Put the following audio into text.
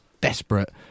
desperate